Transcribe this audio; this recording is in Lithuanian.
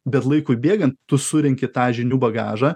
bet laikui bėgant tu surenki tą žinių bagažą